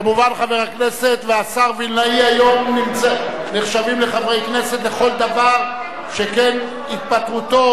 כמובן חבר הכנסת והשר וילנאי היום נחשב לחבר כנסת לכל דבר שכן התפטרותו,